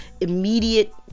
immediate